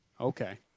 okay